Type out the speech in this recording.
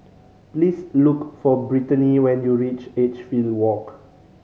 please look for Britany when you reach Edgefield Walk